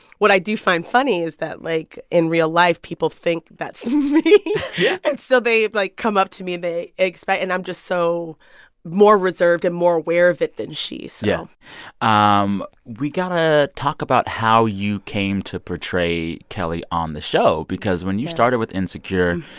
what i do find funny is that, like, in real life, people think that's me yeah and so they, like, come up to me, and they expect and i'm just so more reserved and more aware of it than she is. so. yeah. um we've got to talk about how you came to portray kelli on the show because when you started with insecure,